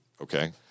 okay